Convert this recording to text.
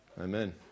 Amen